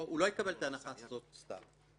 הוא לא יקבל את ההנחה הזאת סתם.